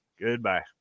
Goodbye